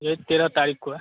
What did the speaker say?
यह तेरह तारीख को है